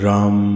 Ram